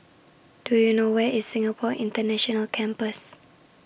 Do YOU know Where IS Singapore International Campus